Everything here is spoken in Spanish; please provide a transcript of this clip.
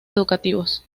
educativos